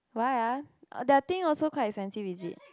why [ah]their thing also quite expensive is it